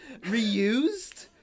reused